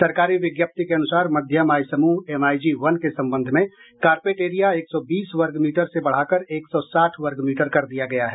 सरकारी विज्ञप्ति के अनुसार मध्यम आय समूह एमआईजी वन के संबंध में कारपेट एरिया एक सौ बीस वर्ग मीटर से बढ़ाकर एक सौ साठ वर्ग मीटर कर दिया गया है